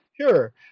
Sure